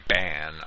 ban